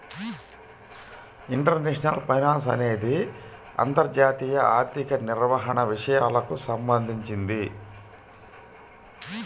international finance అనేది అంతర్జాతీయ ఆర్థిక నిర్వహణ విషయాలకు సంబంధించింది